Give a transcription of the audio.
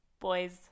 Boys